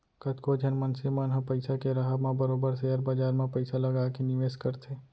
कतको झन मनसे मन ह पइसा के राहब म बरोबर सेयर बजार म पइसा लगा के निवेस करथे